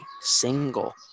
single